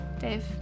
Dave